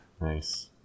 Nice